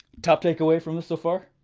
top takeaway from this so far?